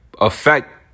affect